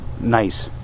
nice